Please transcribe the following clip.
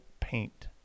paint